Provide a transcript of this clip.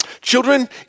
Children